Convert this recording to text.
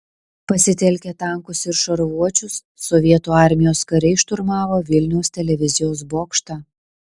pasitelkę tankus ir šarvuočius sovietų armijos kariai šturmavo vilniaus televizijos bokštą